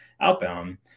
outbound